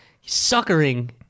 suckering